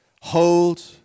hold